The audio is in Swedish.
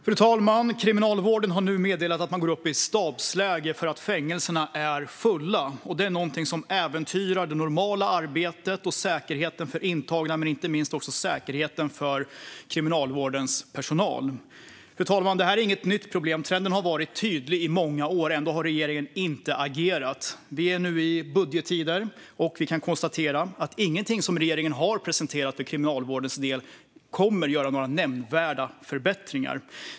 Fru talman! Kriminalvården har nu meddelat att man går upp i stabsläge därför att fängelserna är fulla. Det är någonting som äventyrar det normala arbetet och säkerheten för intagna, men inte minst också säkerheten för kriminalvårdens personal. Detta är inget nytt problem, fru talman. Trenden har varit tydlig i många år. Ändå har regeringen inte agerat. Vi är nu i budgettider och kan konstatera att ingenting som regeringen har presenterat för kriminalvårdens del kommer att medföra några nämnvärda förbättringar.